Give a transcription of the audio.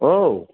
औ